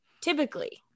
typically